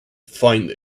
find